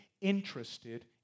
interested